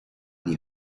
die